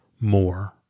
more